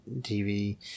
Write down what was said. TV